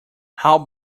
how